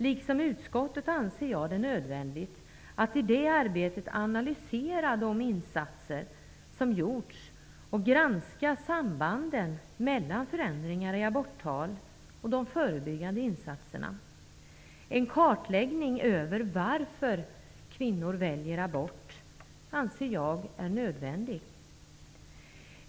Liksom utskottet anser jag det nödvändigt att i det arbetet analysera de insatser som gjorts och granska sambanden mellan förändringar i aborttalen och de förebyggande insatserna. Jag anser att en kartläggning av varför kvinnor väljer abort är nödvändig.